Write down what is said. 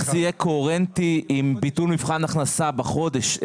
איך זה קוהרנטי עם ביטול מבחן הכנסה בחודש.